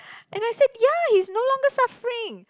and I said ya he is no longer suffering